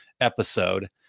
episode